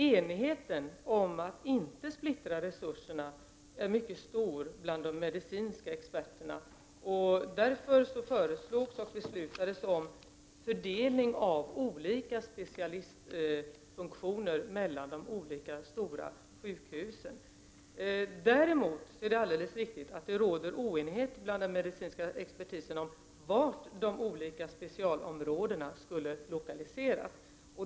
Enigheten om att inte splittra resurserna är mycket stor bland de medicinska experterna, och därför föreslogs och beslutades om fördelning av olika specialistfunktioner mellan de olika stora sjukhusen. Däremot är det alldeles riktigt att det råder oenighet bland den medicinska expertisen om vart de olika specialområdena skulle lokaliseras.